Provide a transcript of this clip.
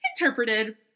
interpreted